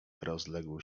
rozległ